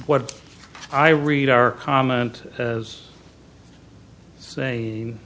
what i read our comment as saying